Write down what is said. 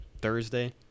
Thursday